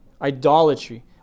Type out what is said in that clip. Idolatry